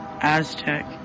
Aztec